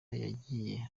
yagiye